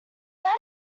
that